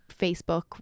Facebook